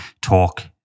talk